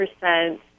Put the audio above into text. percent